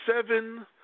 seven